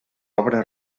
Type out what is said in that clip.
obra